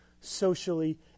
socially